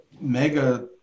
mega